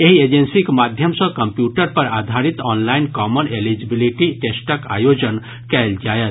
एहि एजेंसीक माध्यम सँ कंप्यूटर पर आधारित ऑनलाइन कॉमन एलिजिबिलिटी टेस्टक आयोजन कयल जायत